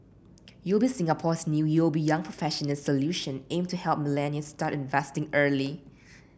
UOB Singapore's new UOB Young Professionals Solution aim to help millennials start investing early